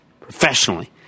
professionally